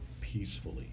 peacefully